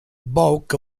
bulk